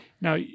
Now